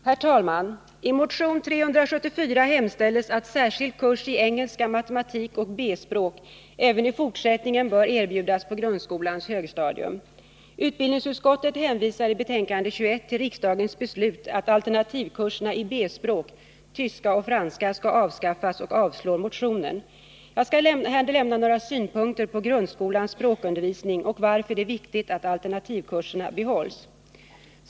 Herr talman! I motion 374 hemställs att särskild kurs i engelska, matematik och B-språk även i fortsättningen skall erbjudas på grundskolans högstadium. Utbildningsutskottet hänvisar i betänkande 21 till riksdagens beslut att alternativkurserna i B-språk — tyska och franska — skall avskaffas och avstyrker motionen. Jag skall här lämna några synpunkter på grundskolans språkundervisning och varför det är viktigt att alternativkurserna behålls.